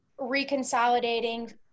reconsolidating